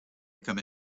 come